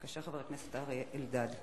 בבקשה, חבר הכנסת אריה אלדד.